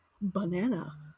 Banana